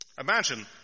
Imagine